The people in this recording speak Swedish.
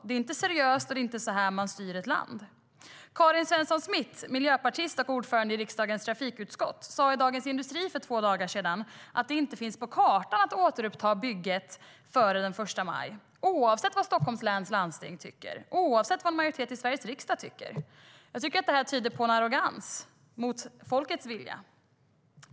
Det är inte seriöst, och det är inte så här man styr ett land. Karin Svensson Smith, miljöpartist och ordförande i riksdagens trafikutskott, sa i Dagens Industri för två dagar sedan att det inte finns på kartan att återuppta bygget före den 1 maj, oavsett vad Stockholms läns landsting tycker och oavsett vad en majoritet i Sveriges riksdag tycker. Jag tycker att det tyder på en arrogans mot folkets vilja.